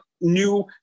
New